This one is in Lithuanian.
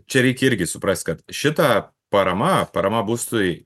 čia reikia irgi suprast kad šita parama parama būstui